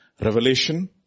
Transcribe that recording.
revelation